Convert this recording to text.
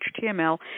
html